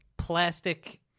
plastic